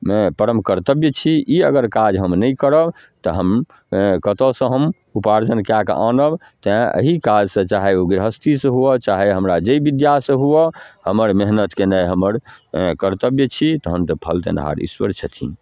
हेँ परम कर्तव्य छी ई अगर काज हम नहि करब तऽ हम हेँ कतऽसँ हम उपार्जन कऽ कऽ आनब तेँ एहि काजसँ चाहे ओ गिरहस्थीसँ हुअए चाहे हमरा जाहि विद्यासँ हुअए हमर मेहनति केनाए हमर हेँ कर्तव्य छी तहन तऽ फल देनिहार ईश्वर छथिन